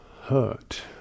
hurt